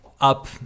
up